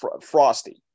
Frosty